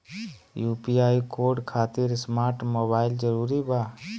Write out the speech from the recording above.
UPI code खातिर smart mobile जरूरी बा?